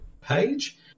page